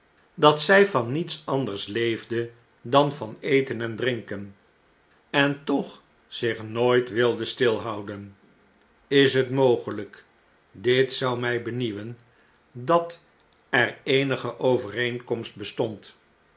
dat zij van niets anders leefde dan van eten en drinken en toch zich nooit wilde stilhouden is het mogelijk dit zou mij benieuwen dat er eenige overeenkomst bestond